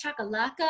chakalaka